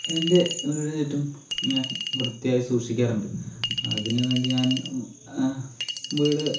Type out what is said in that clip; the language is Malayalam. എൻ്റെ വീടിനു ചുറ്റും ഞാൻ വൃത്തിയായി സൂക്ഷിക്കാറുണ്ട് അതിനു വേണ്ടി ഞാൻ വീട്